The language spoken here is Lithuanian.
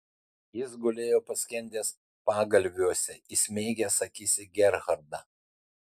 jis gulėjo paskendęs pagalviuose įsmeigęs akis į gerhardą